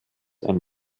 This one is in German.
ein